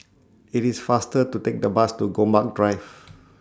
IT IS faster to Take The Bus to Gombak Drive